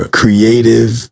creative